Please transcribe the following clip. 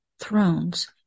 thrones